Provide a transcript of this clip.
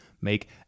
make